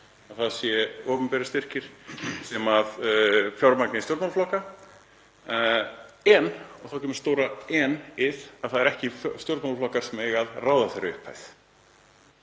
það séu opinberir styrkir sem fjármagni stjórnmálaflokka, en, og þá kemur stóra en-ið, það eru ekki stjórnmálaflokkarnir sem eiga að ráða þeirri upphæð,